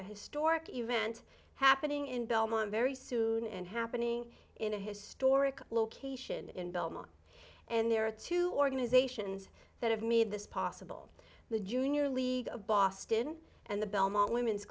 a historic event happening in belmont very soon and happening in a historic location in belmont and there are two organizations that have made this possible the junior league of boston and the belmont women's